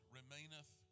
remaineth